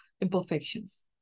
imperfections